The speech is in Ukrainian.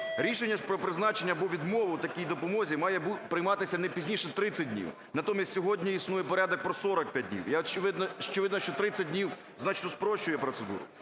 Рішення про призначення або відмову у такій допомозі має прийматися не пізніше 30 днів. Натомість сьогодні існує порядок про 45 днів. Очевидно, що 30 днів значно спрощує процедуру.